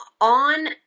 On